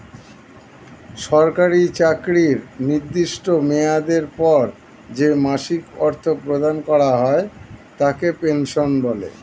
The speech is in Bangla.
সরকারি চাকরির নির্দিষ্ট মেয়াদের পর যে মাসিক অর্থ প্রদান করা হয় তাকে পেনশন বলে